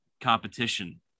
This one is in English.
competition